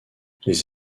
les